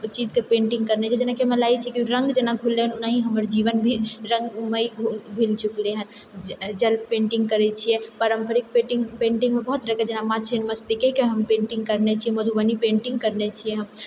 चीजके पेन्टिङ्ग करने छिऐ जेनाकि हमरा लागैत छै रङ्ग जेना घुलल ओहिना ही हमर जीवन भी रङ्गमयी भेल चुकलै है जल पेन्टिङ्ग करै छिऐ पारम्परिक पेन्टिङ्ग पेन्टिङ्ग बहुत तरहकेँ जेना माँ छिन्नमस्तिकेके हम पेन्टिङ्ग करने छियै मधुबनी पेन्टिङ्ग करने छिऐ हम